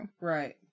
Right